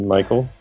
Michael